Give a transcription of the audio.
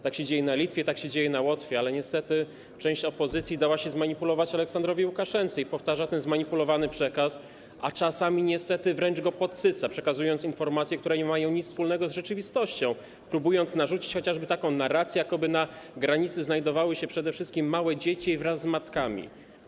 Tak się dzieje na Litwie, tak się dzieje na Łotwie, ale niestety część opozycji dała się zmanipulować Aleksandrowi Łukaszence i powtarza ten zmanipulowany przekaz, a czasami niestety wręcz go podsyca, przekazując informacje, które nie mają nic wspólnego z rzeczywistością, próbując narzucić chociażby taką narrację, jakoby na granicy znajdowały się przede wszystkim małe dzieci wraz z matkami.